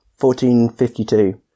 1452